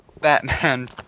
Batman